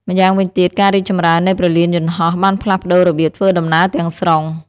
ម្យ៉ាងវិញទៀត ការរីកចម្រើននៃព្រលានយន្តហោះ បានផ្លាស់ប្តូររបៀបធ្វើដំណើរទាំងស្រុង។